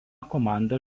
komanda